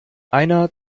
einer